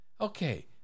okay